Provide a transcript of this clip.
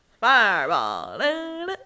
Fireball